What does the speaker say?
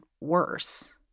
worse